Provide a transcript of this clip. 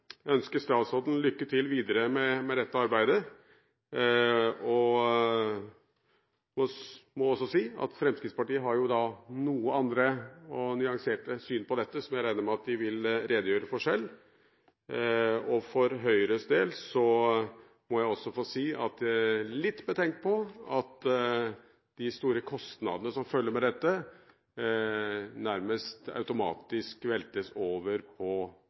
ønsker statsråden lykke til videre med dette arbeidet. Fremskrittspartiet har noen andre og nyanserte syn på dette som jeg regner med at de vil redegjøre for selv. For Høyres del må jeg også få si at jeg er litt betenkt over at de store kostnadene som følger med dette, nærmest automatisk veltes over på